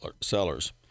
sellers